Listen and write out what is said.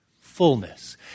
fullness